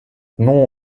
non